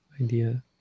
idea